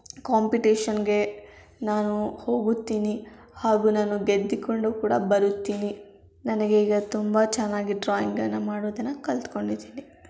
ಕಾಂಪಿಟೇಷನ್ಗೆ ನಾನು ಹೋಗುತ್ತೀನಿ ಹಾಗೂ ನಾನು ಗೆದ್ದುಕೊಂಡು ಕೂಡ ಬರುತ್ತೀನಿ ನನಗೆ ಈಗ ತುಂಬ ಚೆನ್ನಾಗಿ ಡ್ರಾಯಿಂಗನ್ನು ಮಾಡೋದನ್ನು ಕಲ್ತ್ಕೊಂಡಿದ್ದೀನಿ